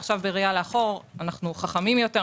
עכשיו בראייה לאחור אנחנו חכמים יותר,